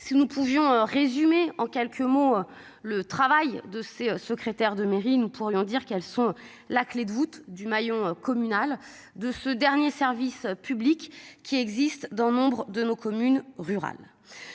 Si nous pouvions résumer en quelques mots le travail de ses secrétaires de mairie, nous pourrions dire qu'elles sont la clef de voûte du Maillon communal de ce dernier service public qui existe dans nombre de nos communes rurales.